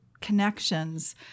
connections